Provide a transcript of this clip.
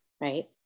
right